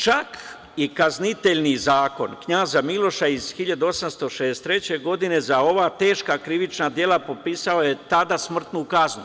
Čak i Kaznitelni zakon knjaza Miloša iz 1863. godine za ova teška krivična dela propisao je tada smrtnu kaznu.